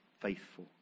Faithful